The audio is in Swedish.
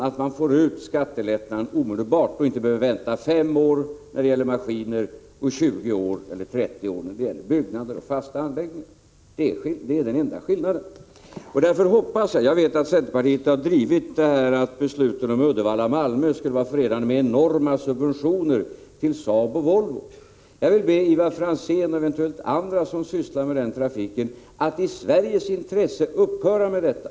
Man får alltså ut skattelättnaden omedelbart och behöver inte vänta i 5 år, vilket är fallet när det gäller maskiner, resp. 20 eller 30 år, vilket gäller när det är fråga om byggnader och fasta anläggningar. Det är den enda skillnaden. Jag vet att centerpartiet har varit pådrivande när det gäller talet om att besluten om Uddevalla och Malmö skulle vara förenade med enorma subventioner till Saab och Volvo. Jag vill be Ivar Franzén och eventuellt andra som sysslar med den ”trafiken” att i Sveriges intresse upphöra med detta.